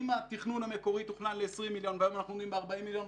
אם התכנון המקורי תוכנן ל-20 מיליון והיום אנחנו עומדים ב-40 מיליון,